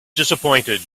disappointed